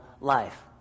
life